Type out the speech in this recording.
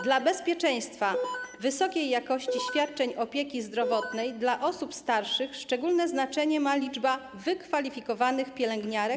Dla bezpieczeństwa, wysokiej jakości świadczeń opieki zdrowotnej dla osób starszych szczególne znaczenie ma liczba wykwalifikowanych pielęgniarek.